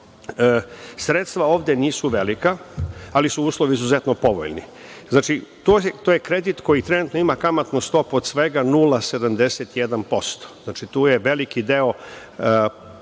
Sredstva ovde nisu velika, ali su uslovi izuzetno povoljni. To je kredit koji trenutno ima kamatnu stopu od svega 0,71%. Tu je veliki deo